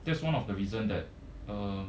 that's one of the reason that uh